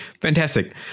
Fantastic